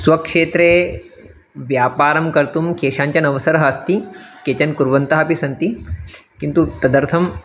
स्वक्षेत्रे व्यापारं कर्तुं केषाञ्चन अवसरः अस्ति केचन कुर्वन्तः अपि सन्ति किन्तु तदर्थं